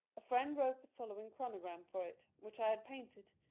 a friend wrote the following chronogram for it, which i had painted,